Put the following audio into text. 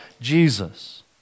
Jesus